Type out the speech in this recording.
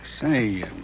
Say